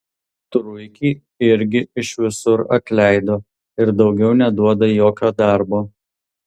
truikį irgi iš visur atleido ir daugiau neduoda jokio darbo